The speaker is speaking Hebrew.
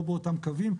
לא באותם קווים,